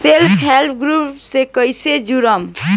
Self help group से कइसे जुड़म?